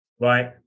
right